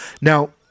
Now